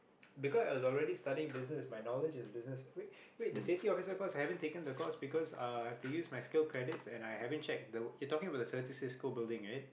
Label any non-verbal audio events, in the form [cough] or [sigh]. [noise] because I was already studying business my knowledge is business wait wait the safety officer course I haven't taken the course because uh I have to use my skills credits and I haven't checked you're talking about the Certis school building is it